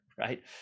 Right